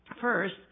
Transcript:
First